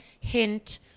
hint